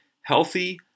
healthy